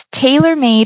tailor-made